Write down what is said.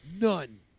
none